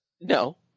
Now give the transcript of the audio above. No